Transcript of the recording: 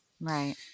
Right